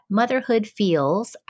motherhoodfeels